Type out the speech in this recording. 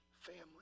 family